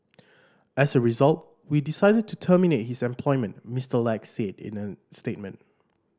as a result we decided to terminate his employment Mister Lack said in a statement